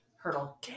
hurdle